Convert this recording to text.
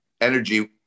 energy